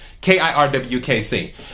K-I-R-W-K-C